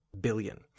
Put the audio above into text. billion